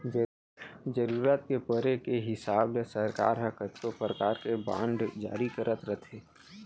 जरूरत परे के हिसाब ले सरकार ह कतको परकार के बांड जारी करत रथे